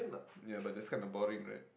ya but it's kind of boring right